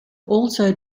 also